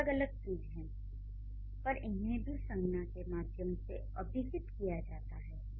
ये अलग अलग चीजें हैं पर इन्हें भी संज्ञा के माध्यम से अभिहित किया जाता है